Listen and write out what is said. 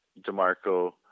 Demarco